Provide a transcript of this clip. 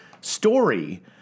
story